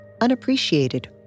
unappreciated